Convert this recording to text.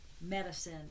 medicine